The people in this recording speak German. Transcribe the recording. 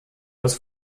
das